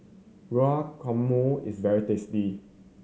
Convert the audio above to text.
guacamole is very tasty